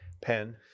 Pen